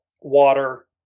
water